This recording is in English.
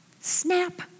Snap